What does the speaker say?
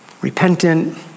repentant